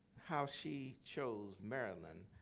how she chose maryland.